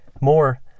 More